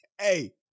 Hey